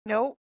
Nope